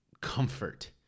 comfort